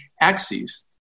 axes